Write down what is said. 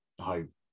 home